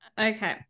Okay